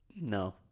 no